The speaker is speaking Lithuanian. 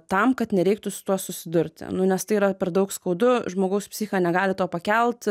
tam kad nereiktų su tuo susidurti nu nes tai yra per daug skaudu žmogaus psichika negali to pakelt